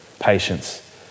patience